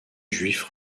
juifs